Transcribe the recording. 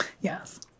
yes